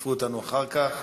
תשתפו אותנו אחר כך.